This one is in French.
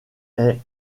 est